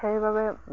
সেইবাবে